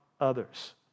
others